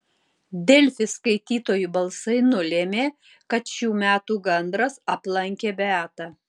delfi skaitytojų balsai nulėmė kad šių metų gandras aplankė beatą